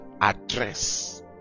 address